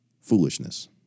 foolishness